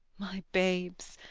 my babes,